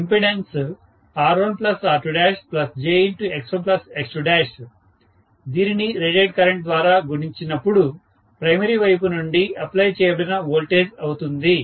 impedance R1R2jX1X2 దీనిని rated current ద్వారా గుణించినపుడు ప్రైమరీ వైపు నుండి అప్లై చేయబడిన వోల్టేజ్ అవుతుంది